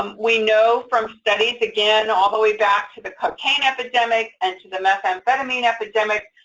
um we know from studies, again, all the way back to the cocaine epidemic and to the methamphetamine epidemic,